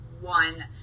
one